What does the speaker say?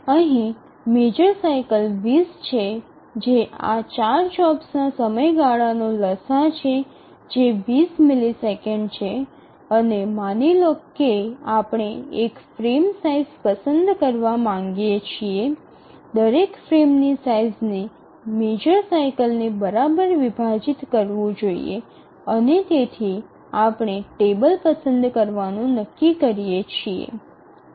અહીં major cycle ૨0 છે જે આ ચાર જોબ્સ ના સમયગાળાનો લસાઅ છે જે 20 મિલિસેકંડ છે અને માની લો કે આપણે એક ફ્રેમ સાઇઝ પસંદ કરવા માંગીએ છીએ દરેક ફ્રેમની સાઇઝને મેજર સાઇકલને બરાબર વિભાજિત કરવું જોઈએ અને તેથી આપણે ટેબલ પસંદ કરવાનું નક્કી કરીએ છીએ